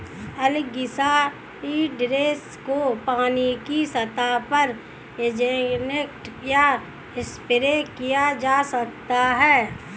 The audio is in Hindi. एलगीसाइड्स को पानी की सतह पर इंजेक्ट या स्प्रे किया जा सकता है